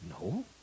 No